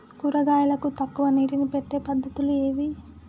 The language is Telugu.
కూరగాయలకు తక్కువ నీటిని పెట్టే పద్దతులు ఏవి?